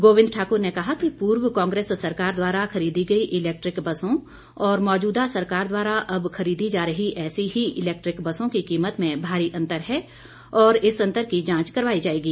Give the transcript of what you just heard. गोबिंद ठाकुर ने कहा कि पूर्व कांग्रेस सरकार द्वारा खरीदी गई इलैक्ट्रिक बसों और मौजूदा सरकार द्वारा अब खरीदी जा रही ऐसी ही इलैक्ट्रिक बसों की कीमत में भारी अंतर है और इस अंतर की जांच करवायी जाएगी